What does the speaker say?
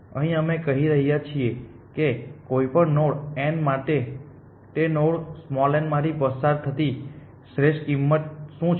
અહીં અમે કહી રહ્યા છીએ કે કોઈપણ નોડ n માટે તે નોડ n માંથી પસાર થતી શ્રેષ્ઠ કિંમત શું છે